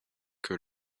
que